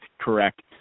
correct